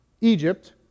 Egypt